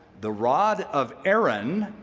the rod of aaron,